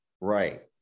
right